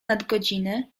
nadgodziny